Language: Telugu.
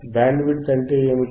బ్యాండ్ విడ్త్ అంటే ఏమిటి